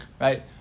Right